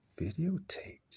Videotaped